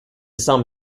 some